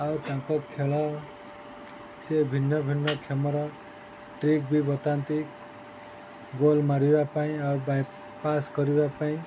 ଆଉ ତାଙ୍କ ଖେଳ ସେ ଭିନ୍ନ ଭିନ୍ନ କ୍ଷମର ଟ୍ରିକ ବି ବତାନ୍ତି ଗୋଲ ମାରିବା ପାଇଁ ଆଉ ବାଇ ପାସ୍ କରିବା ପାଇଁ